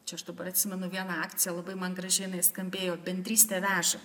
čia aš dabar atsimenu vieną akciją labai man graži jinai skambėjo bendrystė veža